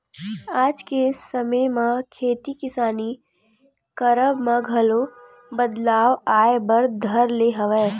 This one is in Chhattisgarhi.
आज के समे म खेती किसानी करब म घलो बदलाव आय बर धर ले हवय